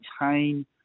maintain